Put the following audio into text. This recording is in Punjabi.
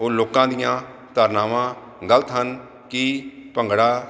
ਉਹ ਲੋਕਾਂ ਦੀਆਂ ਧਾਰਨਾਵਾਂ ਗਲਤ ਹਨ ਕਿ ਭੰਗੜਾ